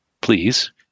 please